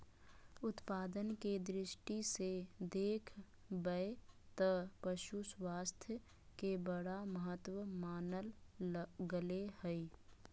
उत्पादन के दृष्टि से देख बैय त पशु स्वास्थ्य के बड़ा महत्व मानल गले हइ